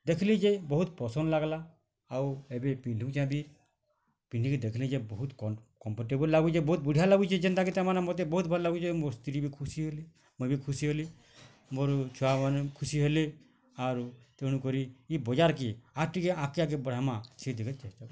ଦେଖିଲି ଯେ ବହୁତ ପସନ୍ଦ ଲାଗ୍ଲା ଆଉ ଏଭେ ପିନ୍ଧୁଛେଁ ଭି ପିନ୍ଧିକି ଦେଖିଲି ଯେ ବହୁତ କମ୍ଫର୍ଟେବଲ୍ ଲାଗୁଛି ବହୁତ ବଢ଼ିଆ ଲାଗୁଛି ଯେନ୍ତା କି ତାମାନ ମୋତେ ବହୁତ ଭଲ ଲାଗୁଛି ମୋ ସ୍ତ୍ରୀ ବି ଖୁସି ହେଲେ ମୁଁ ବି ଖୁସି ହେଲି ମୋର ଛୁଆମାନେ ଖୁସି ହେଲେ ଆରୁ ତେଣୁ କରି ଏ ବଜାର୍ କେ ଆକ୍ଟେ ଆଗେ ଆଗେ ବଢବାଁ ସେଇଥିପାଇଁ ଚେଷ୍ଟା